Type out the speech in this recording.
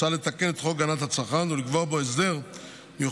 רוצה לתקן את חוק הגנת הצרכן ולקבוע בו הסדר מיוחד,